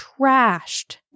trashed